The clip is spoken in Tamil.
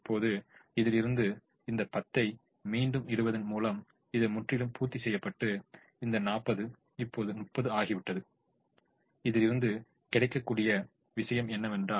இப்போது இதிலிருந்து இந்த 10 ஐ மீண்டும் இடுவதன் மூலம் இது முற்றிலும் பூர்த்தி செய்யப்பட்டு இந்த 40 இப்போது 30 ஆகிவிட்டது இதிலிருந்து கிடைக்கக்கூடிய விஷயம் என்னவென்றால்